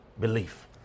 belief